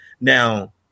now